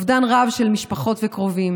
אובדן רב של משפחות וקרובים.